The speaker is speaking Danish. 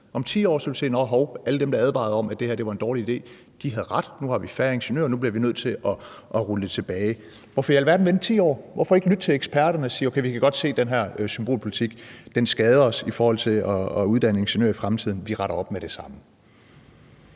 Om 10 år vil vi se, at nå, hov, alle dem, der advarede om, at det her var en dårlig idé, havde ret. Nu har vi færre ingeniører, og nu bliver vi nødt til at rulle det tilbage. Hvorfor i alverden vente 10 år? Hvorfor ikke lytte til eksperterne og sige, at okay, vi kan godt se, at den her symbolpolitik skader os i forhold til at uddanne ingeniører i fremtiden, og vi retter op med det samme?